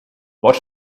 what